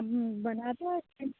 आप बनाते हो आइस क्रीम